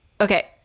Okay